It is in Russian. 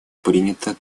принята